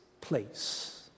place